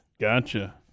Gotcha